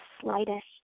slightest